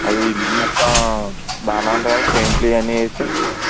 ఇల్లు మొత్తం బాగానే ఉందా పెయింట్లు ఇవన్నీ వేసి